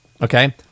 okay